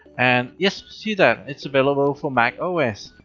and yes, see that, it's available for macos!